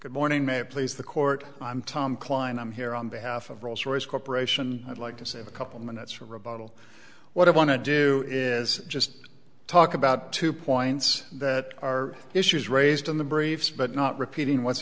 good morning may it please the court i'm tom kline i'm here on behalf of rolls royce corporation i'd like to save a couple minutes for rebuttal what i want to do is just talk about two points that are issues raised in the briefs but not repeating what's